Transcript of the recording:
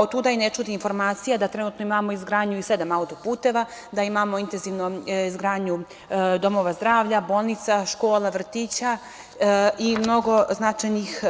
Otuda i ne čudi informacija da trenutno imamo izgradnju sedam auto-puteva, da imamo intenzivnu izgradnju domova zdravlja, bolnica, škola, vrtića i mnogo značajnih